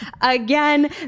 again